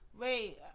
Wait